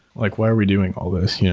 like why are we doing all this? yeah